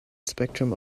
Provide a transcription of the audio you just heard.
spectrum